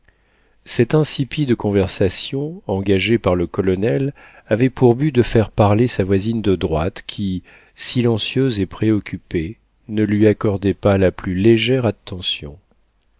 cette insipide conversation engagée par le colonel avait pour but de faire parler sa voisine de droite qui silencieuse et préoccupée ne lui accordait pas la plus légère attention